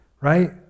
right